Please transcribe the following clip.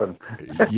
happen